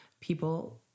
people